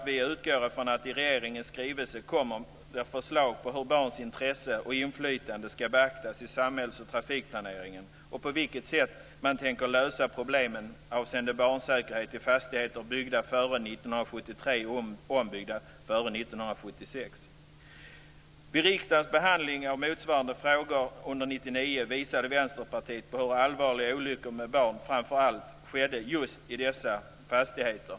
Vi utgår från att regeringen i skrivelsen kommer med förslag på hur barns intressen och inflytande ska beaktas i samhälls och trafikplaneringen och på vilket sätt man tänker lösa problemen avseende barnsäkerhet i fastigheter byggda före 1973 och ombyggda före 1976. Vid riksdagens behandling av motsvarande frågor 1999 visade Vänsterpartiet på hur allvarliga olyckor med barn skedde framför allt i just dessa fastigheter.